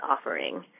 offering